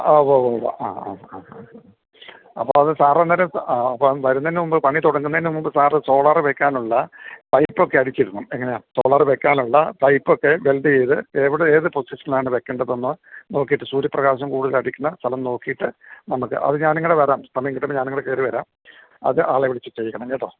ആ ഉവ്വ് ഉവ്വ് ഉവ്വ് ആ ആ ആ ആ അപ്പം അത് സാർ അന്നേരം അപ്പം വരുന്നതിന് മുൻപ് പണി തുടങ്ങുന്നത് മുൻപ് സാർ സോളാറ് വെക്കാനുള്ള പൈപ്പൊക്കെ അടിച്ചിരുന്നോ എങ്ങനെ ആണ് സോളാറ് വെക്കാനുള്ള പൈപ്പൊക്കെ വെൽഡ് ചെയ്ത് എവിടെ ഏത് പൊസിഷനാണ് വെക്കേണ്ടതെന്ന് നോക്കിയിട്ട് സൂര്യപ്രകാശം കൂടുതലടിക്കുന്ന സ്ഥലം നോക്കിയിട്ട് നമുക്ക് അത് ഞാൻ അങ്ങോട്ട് വരാം സമയം കിട്ടുമ്പോ ഞാൻ അങ്ങോട്ട് കയറി വരാം അത് ആളെ വിളിച്ച് ചെയ്യിക്കണം കേട്ടോ